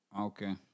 Okay